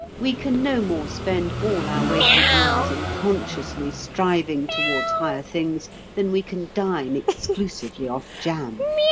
we can no more spend all our waking hours in consciously striving towards higher things than we can dine exclusively off jam.